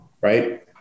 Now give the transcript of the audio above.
right